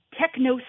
techno